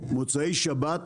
מוצאי שבת,